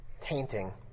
tainting